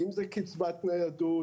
אם זאת קצבת ניידות,